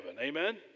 amen